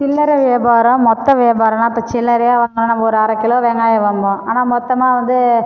சில்லறை வியாபாரம் மொத்த வியாபாரம்னா இப்போ சில்லறையாக வாங்கினா நம்ம ஒரு அரைக் கிலோ வெங்காயம் வாங்குவோம் ஆனால் மொத்தமாக வந்து